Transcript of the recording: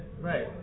Right